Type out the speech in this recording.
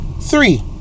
three